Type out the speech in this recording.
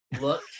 look